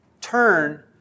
turn